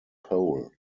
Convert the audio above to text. pole